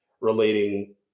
relating